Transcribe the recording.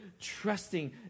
trusting